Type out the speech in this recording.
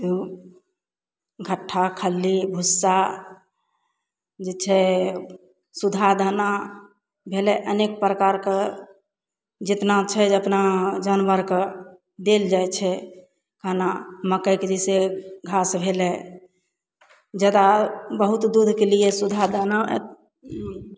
तऽ घट्ठा खल्ली भुस्सा जे छै सुधा दाना भेलै अनेक प्रकारके जतना छै जे अपना जानवरके देल जाइ छै खाना मकइके जइसे घास भेलै जादा बहुत दूधके लिए सुधा दाना